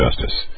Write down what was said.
justice